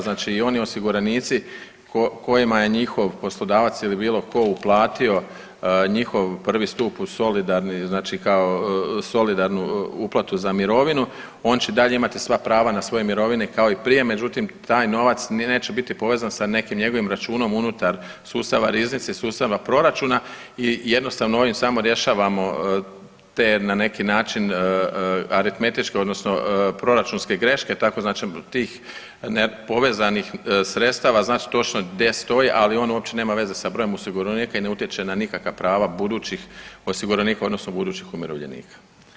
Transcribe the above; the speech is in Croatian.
Znači i oni osiguranici kojima je njihov poslodavac ili bilo tko uplatio njihov prvi stup u solidarni znači kao solidarnu uplatu za mirovinu on će dalje imati sva prava na svoju mirovine kao i prije međutim taj novac ni neće biti povezan sa nekim njegovim računom unutar sustava rizici sustavnog proračuna i jednostavno ovim samo rješavamo te na neki način aritmetičke odnosno proračunske greške tako znači tih nepovezanih sredstava znači točno gdje stoji, ali on uopće nema veze sa brojem osiguranika i ne utječe na nikakva prava budućih osiguranika odnosno budućih umirovljenika.